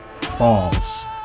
falls